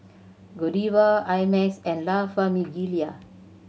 Godiva I Max and La Famiglia